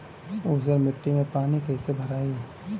ऊसर मिट्टी में पानी कईसे भराई?